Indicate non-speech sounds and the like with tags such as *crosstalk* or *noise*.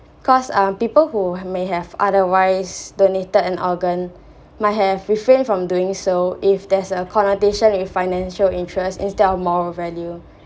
cause um people who may have otherwise donated an organ *breath* might have refrained from doing so if there's a connotation with financial interests instead of moral value